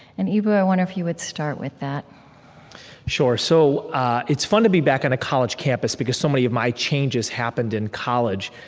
and eboo, i wonder if you start with that sure. so ah it's fun to be back on a college campus because so many of my changes happened in college.